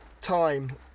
time